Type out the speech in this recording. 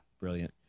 brilliant